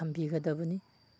ꯊꯝꯕꯤꯒꯗꯕꯅꯤ